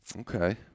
Okay